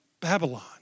Babylon